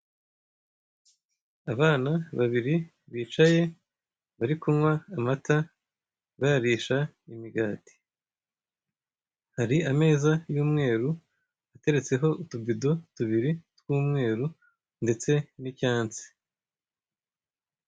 Abana babiri bicaye barikunywa amata, bayarisha imigati. Hari ameza ya umweru ateretseho utubido tubiri twa umweru ndetse na icyansi.